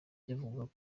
byavugwaga